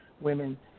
women